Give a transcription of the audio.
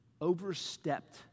overstepped